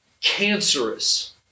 cancerous